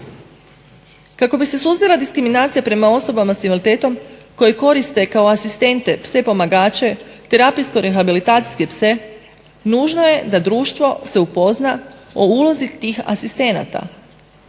Kako bi se suzbila diskriminacija prema osobama sa invaliditetom koji koriste kao asistente pse pomagače, terapijsko-rehabilitacijske pse nužno je da društvo se upozna o ulozi tih asistenata